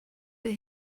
but